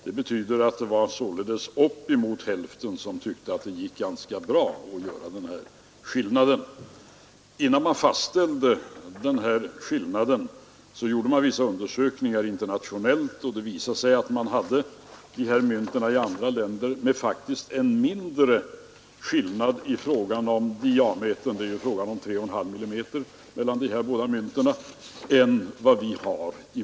Det betyder således att uppemot hälften tyckte att det gick ganska bra att skilja mellan dessa mynt. Innan man fastställde skillnaden mellan dessa mynt gjordes vissa internationella undersökningar, och det visade sig att det i andra länder faktiskt förekom mindre skillnader i diameter mellan motsvarande mynt än vad vi har i vårt land, dvs. 3,5 mm.